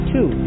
Two